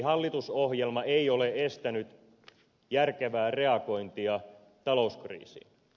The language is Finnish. hallitusohjelma ei ole estänyt järkevää reagointia talouskriisiin